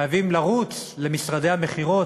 חייבים לרוץ למשרדי המכירות,